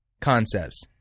concepts